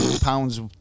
Pounds